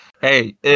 Hey